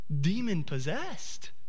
demon-possessed